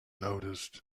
noticed